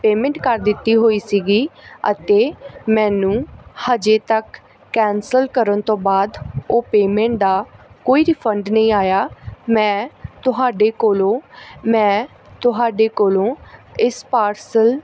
payment ਕਰ ਦਿੱਤੀ ਹੋਈ ਸੀਗੀ ਅਤੇ ਮੈਨੂੰ ਹਜੇ ਤੱਕ ਕੈਂਸਲ ਕਰਨ ਤੋਂ ਬਾਅਦ ਉਸ ਪੇਮੈਂਟ ਦਾ ਕੋਈ ਰਿਫੰਡ ਨਹੀਂ ਆਇਆ ਮੈਂ ਤੁਹਾਡੇ ਕੋਲੋਂ ਮੈਂ ਤੁਹਾਡੇ ਕੋਲੋਂ ਇਸ ਪਾਰਸਲ